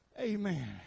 amen